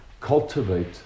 cultivate